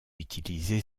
utilisé